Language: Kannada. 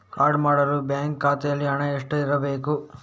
ಕಾರ್ಡು ಮಾಡಲು ಬ್ಯಾಂಕ್ ಖಾತೆಯಲ್ಲಿ ಹಣ ಎಷ್ಟು ಇರಬೇಕು?